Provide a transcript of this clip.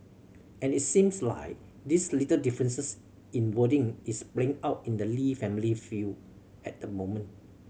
and it seems like these little differences in wording is playing out in the Lee family feud at the moment